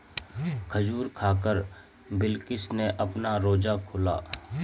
खजूर खाकर बिलकिश ने अपना रोजा खोला